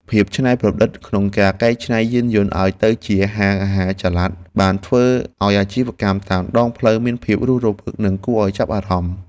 ភាពច្នៃប្រឌិតក្នុងការកែច្នៃយានយន្តឱ្យទៅជាហាងអាហារចល័តបានធ្វើឱ្យអាជីវកម្មតាមដងផ្លូវមានភាពរស់រវើកនិងគួរឱ្យចាប់អារម្មណ៍។